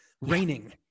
raining